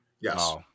Yes